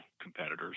competitors